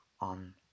on